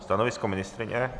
Stanovisko ministryně?